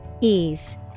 Ease